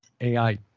AI